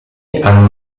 hanno